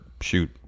shoot